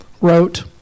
wrote